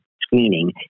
screening